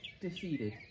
defeated